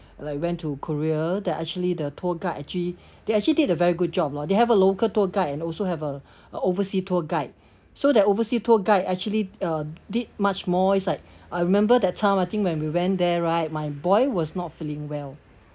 like went to korea that actually the tour guide actually they actually did a very good job lor they have a local tour guide and also have a oversea tour guide so that oversee tour guide actually uh did much more it's like I remember that time I think when we went there right my boy was not feeling well